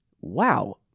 wow